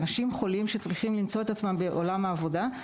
אנשים חולים שצריכים למצוא את עצמם בעולם העבודה.